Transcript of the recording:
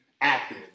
active